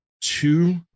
two